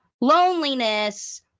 loneliness